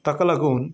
ताका लागून